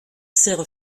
serre